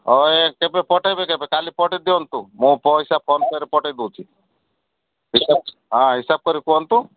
ହଁ କେବେ ପଠେଇବେ କେବେ କାଲି ପଠେଇ ଦିଅନ୍ତୁ ମୁଁ ପଇସା ଫୋନ୍ ପେ ରେ ପଠେଇ ଦେଉଛି ହଁ ହିସାବ କରି କୁହନ୍ତୁ